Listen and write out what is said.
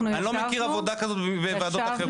אנחנו ישבנו --- אני לא מכיר עבודה כזאת בוועדות אחרות.